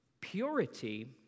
Purity